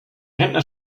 rentner